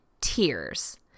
TEARS